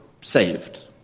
saved